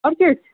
आओर किछु